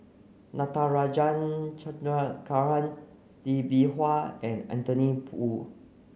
Natarajan Chandrasekaran Lee Bee Wah and Anthony Poon